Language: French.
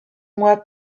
mois